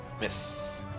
Miss